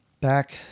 back